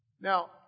Now